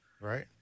Right